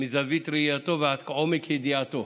מזווית ראייתו ועד עומק ידיעתו.